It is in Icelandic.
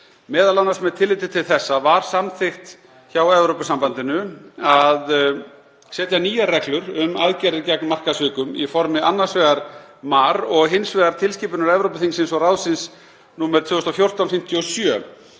Meðal annars með tilliti til þessa var samþykkt hjá Evrópusambandinu að setja nýjar reglur um aðgerðir gegn markaðssvikum í formi annars vegar MAR og hins vegar tilskipunar Evrópuþingsins og ráðsins nr. 2014/57/ESB,